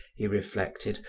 he reflected,